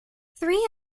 three